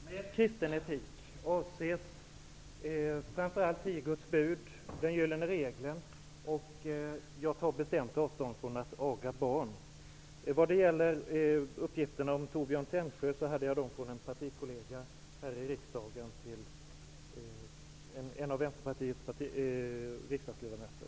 Herr talman! Med kristen etik avses framför allt tio Guds bud och gyllene regeln; jag tar bestämt avstånd från att aga barn. Vad det gäller uppgiften om Torbjörn Tännsjö hade jag fått den av en av Vänsterpartiets riksdagsledamöter.